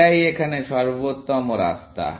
এটাই এখানে সর্বোত্তম রাস্তা